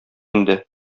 инде